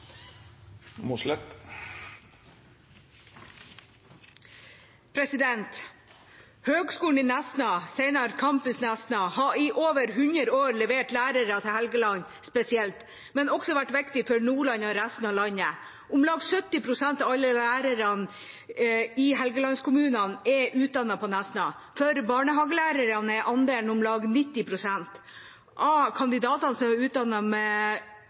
Høgskolen i Nesna, senere Campus Nesna, har i over 100 år levert lærere til Helgeland spesielt, men har også vært viktig for Nordland og resten av landet. Om lag 70 pst. av alle lærerne i Helgelands-kommunene er utdannet på Nesna. For barnehagelærerne er andelen om lag 90 pst. Av kandidatene som